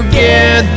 get